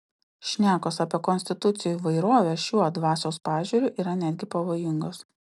šnekos apie konstitucijų įvairovę šiuo dvasios pažiūriu yra netgi pavojingos